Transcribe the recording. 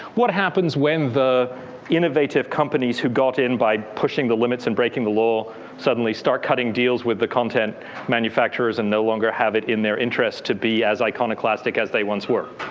what happens when innovative companies who got in by pushing the limits and breaking the law suddenly start cutting deals with the content manufacturers and no longer have it in their interest to be as iconoclastic as they once were.